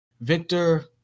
Victor